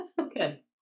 Okay